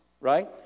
right